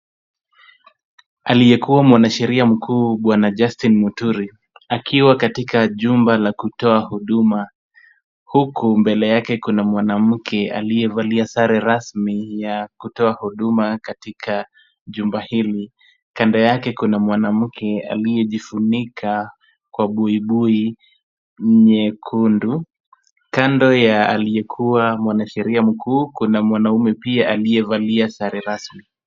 Aliyekuwa mwanasheria mkuu Bwana Justin Muturi, akiwa katika jumba la kutoa huduma. Huku mbele yake kuna mwanamke aliyevalia sare rasmi ya kutoa huduma, katika jumba hili. Kando yake kuna mwanamke aliyejifunika kwa buibui nyekundu. Kando ya aliyekuwa mwanasheria mkuu, kuna mwanaume pia aliyevalia sare rasmi.